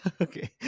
Okay